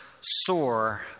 sore